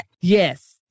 Yes